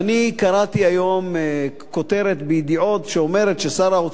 ואני קראתי היום כותרת ב"ידיעות" שאומרת ששר האוצר,